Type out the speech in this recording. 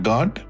God